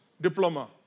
diploma